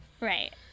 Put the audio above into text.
Right